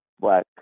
black